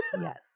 Yes